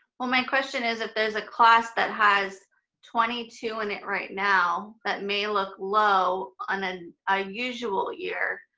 well my questions is, if there's a class that has twenty two in it right now, that may look low on and a usual year,